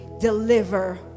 deliver